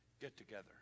get-together